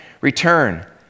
return